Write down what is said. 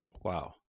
Wow